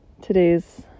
today's